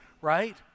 right